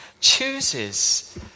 Chooses